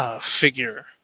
figure